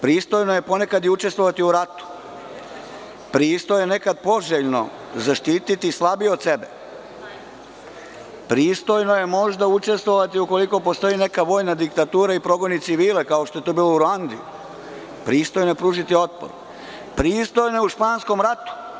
Pristojno je ponekad i učestvovati u ratu, pristojno je i nekad poželjno zaštititi slabije od sebe, pristojno je možda učestvovati ukoliko postoji neka vojna diktatura i progoni civile, kao što je to bilo u Ruandi, pristojno je pružiti otpor, pristojno je u španskom ratu.